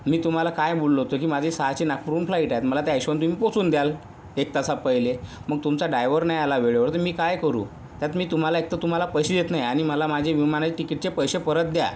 मी तुम्हाला काय बोललो होतो की माझी सहाची नागपूरहून फ्लाइट आहे मला त्या हिशोबानी तुम्ही पोहचून द्याल एक तासा पहिले मग तुमचा डायव्हर नाही आला वेळेवर तर मी काय करू त्यात मी तुम्हाला एकतर तुम्हाला पैसे देत नाही आणि मला माझे विमाना तिकीटचे पैसे परत द्या